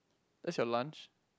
that's your lunch